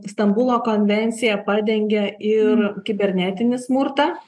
stambulo konvencija padengia ir kibernetinį smurtą